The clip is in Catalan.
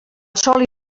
sol